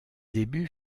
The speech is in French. débuts